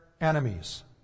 enemies